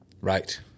Right